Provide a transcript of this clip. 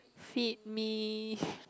feed me